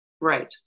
Right